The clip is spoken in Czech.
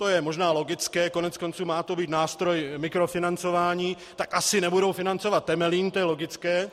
To je možná logické, koneckonců, má to být nástroj mikrofinancování, tak asi nebudou financovat Temelín, to je logické.